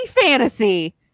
fantasy